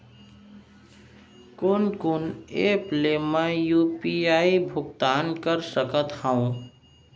कोन कोन एप ले मैं यू.पी.आई भुगतान कर सकत हओं?